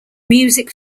music